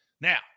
Now